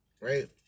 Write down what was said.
right